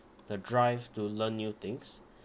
the drive to learn new things